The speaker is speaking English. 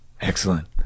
Excellent